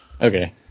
okay